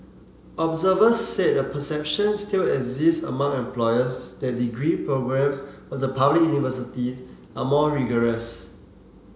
observers said a perception still exists among employers that degree programmes of the public university are more rigorous